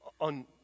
on